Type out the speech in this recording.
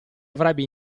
avrebbe